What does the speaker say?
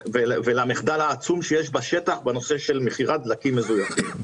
ולמחדל העצום שיש בשטח בנושא של מכירת דלקים מזויפים.